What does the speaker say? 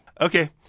Okay